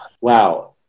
wow